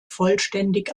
vollständig